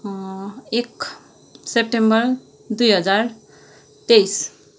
एक सेप्टेम्बर दुई हजार तेइस